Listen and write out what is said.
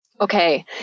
okay